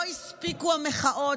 לא הספיקו המחאות?